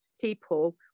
people